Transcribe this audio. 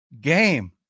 game